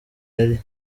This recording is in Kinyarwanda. yari